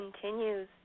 continues